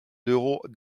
d’euros